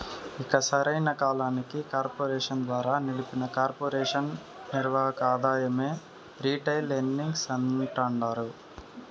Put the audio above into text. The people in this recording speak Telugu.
ఇక సరైన కాలానికి కార్పెరేషన్ ద్వారా నిలిపిన కొర్పెరేషన్ నిర్వక ఆదాయమే రిటైల్ ఎర్నింగ్స్ అంటాండారు